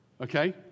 Okay